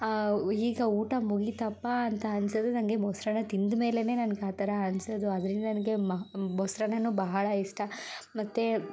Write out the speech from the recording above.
ಈಗ ಊಟ ಮುಗಿತಪ್ಪಾ ಅಂತ ಅನಿಸಿದ್ರೆ ನನಗೆ ಮೊಸರನ್ನ ತಿಂದ ಮೇಲೇನೇ ನನಗೆ ಆ ಥರ ಅನಿಸೋದು ಆದ್ದರಿಂದ ನನಗೆ ಮೊಸರನ್ನನು ಬಹಳ ಇಷ್ಟ ಮತ್ತು